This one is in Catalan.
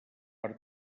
per